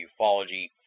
ufology